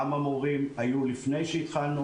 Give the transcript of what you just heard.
כמה מורים היו לפני שהתחלנו?